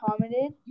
commented